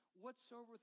Whatsoever